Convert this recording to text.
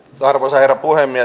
arvoisa herra puhemies